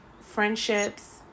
friendships